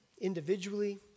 individually